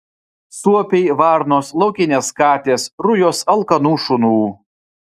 suopiai varnos laukinės katės rujos alkanų šunų